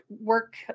work